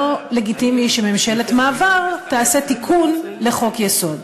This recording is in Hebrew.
לא לגיטימי שממשלת מעבר תעשה תיקון לחוק-יסוד.